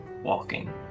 walking